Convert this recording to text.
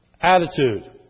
attitude